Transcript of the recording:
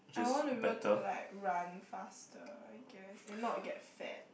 I want to be able to like run faster I guess and not get fat